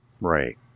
right